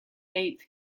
eighth